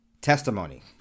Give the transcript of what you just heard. testimony